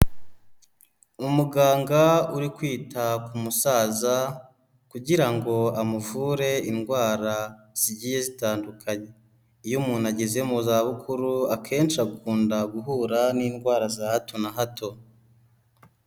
Umuganga uri kwita ku musaza kugira ngo amuvure indwara zigiye zitandukanye. Iyo umuntu ageze mu zabukuru, akenshi akunda guhura n'indwara za hato na hato.